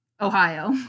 Ohio